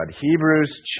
Hebrews